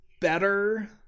better